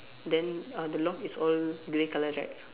then uh the lock is all grey colour right